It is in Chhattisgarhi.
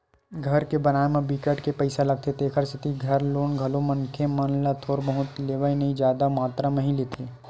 घर के बनाए म बिकट के पइसा लागथे तेखर सेती घर लोन घलो मनखे मन ह थोर बहुत तो लेवय नइ जादा मातरा म ही लेथे